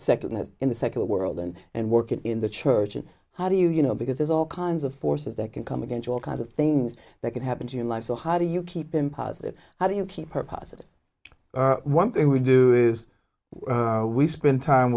second in the secular world and and working in the church and how do you you know because there's all kinds of forces that can come against all kinds of things that can happen to your life so how do you keep in positive how do you keep her positive one thing we do is we spend time